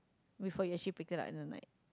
before you actually pick it up in the night